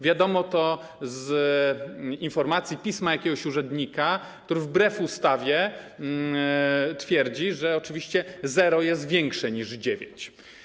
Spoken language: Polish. Wiadomo to z informacji, pisma jakiegoś urzędnika, który wbrew ustawie twierdzi, że oczywiście zero jest większe niż dziewięć.